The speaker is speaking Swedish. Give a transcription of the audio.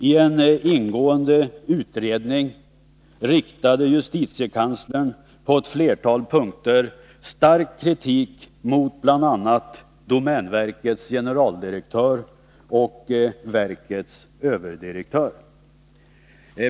I en ingående utredning riktade justitiekanslern på ett flertal punkter stark kritik mot bl.a. domänverkets generaldirektör och överdirektör.